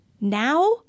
now